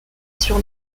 sur